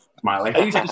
smiling